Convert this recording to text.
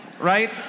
right